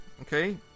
okay